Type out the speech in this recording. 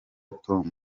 tom